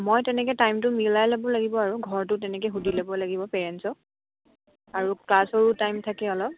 মই তেনেকে টাইমটো মিলাই ল'ব লাগিব আৰু ঘৰতো তেনেকে সুধি ল'ব লাগিব পেৰেণ্টছক আৰু ক্লাছৰো টাইম থাকে অলপ